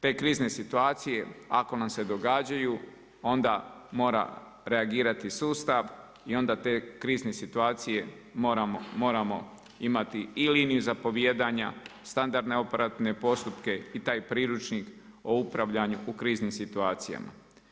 Te krizne situacije ako nam se događaju onda mora reagirati sustav i onda te krizne situacije moramo imati ili niz zapovijedanja, standardne operativne postupke i taj priručnik o upravljanju u kriznim situacijama.